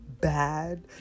bad